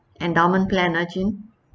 endowment plan uh jean